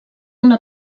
una